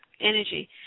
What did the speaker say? energy